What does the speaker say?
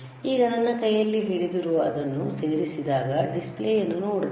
ಈಗ ನನ್ನ ಕೈಯಲ್ಲಿ ಹಿಡಿದಿರುವ ಅದನ್ನು ಸೇರಿಸಿದಾಗ ಡಿಸ್ಪ್ಲೇ ಯನ್ನು ನೋಡಬಹುದು